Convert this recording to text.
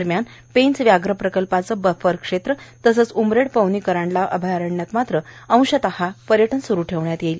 दरम्यान पेंच व्याघ्र प्रकल्पाचे बफर क्षेत्र तसंच उमरेड पवनी कऱ्हांडला अभयारण्यात मात्र अंशतः पर्यटन स्रू ठेवण्यात येईल